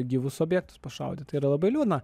į gyvus objektus pašaudyt tai yra labai liūdna